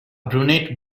brunette